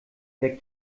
der